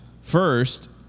First